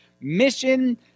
Mission